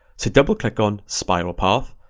so double click on spiral path,